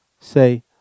Say